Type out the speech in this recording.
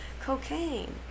cocaine